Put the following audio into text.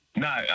No